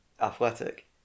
athletic